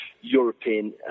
European